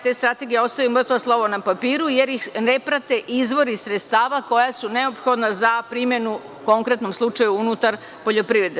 Te strategije ostaju mrtvo slovo na papiru, jer ih ne prate izvori sredstava koja su neophodna za primenu unutar poljoprivrede.